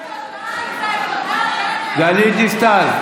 בנט, גלית דיסטל.